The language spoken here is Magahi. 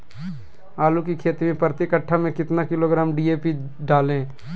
आलू की खेती मे प्रति कट्ठा में कितना किलोग्राम डी.ए.पी डाले?